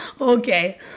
okay